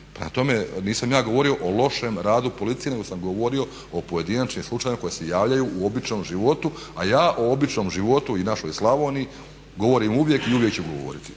tome nisam ja govorio o lošem radu policije nego sam govorio o pojedinačnim slučajevima koji se javljaju u običnom životu a ja o običnom životu i našoj Slavoniji govorim uvijek i uvijek ću govoriti.